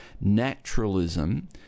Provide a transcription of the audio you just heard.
naturalism